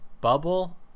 bubble